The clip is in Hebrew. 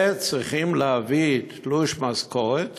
וצריכים להביא תלוש משכורת